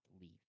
leave